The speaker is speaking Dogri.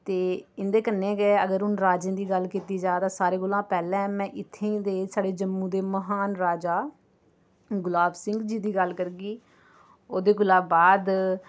ते इं'दे कन्नै गै अगर हून राजें दी गल्ल कीती जा तां सारे कोला पैह्ले मैं इत्थे दे साढ़े जम्मू दे महान राजा गुलाब सिंह् जी दी गल्ल करगी ओह्दे कोला बाद